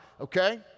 okay